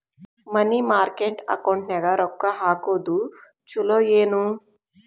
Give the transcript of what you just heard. ಮನಿ market ಅಕೌಂಟಿನ್ಯಾಗ ರೊಕ್ಕ ಹಾಕುದು ಚುಲೊ ಏನು